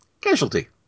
Casualty